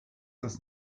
das